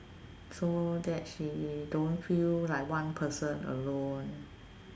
so that she don't feel like one person alone